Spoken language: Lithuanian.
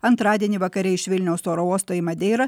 antradienį vakare iš vilniaus oro uosto į madeirą